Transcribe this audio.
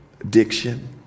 addiction